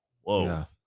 whoa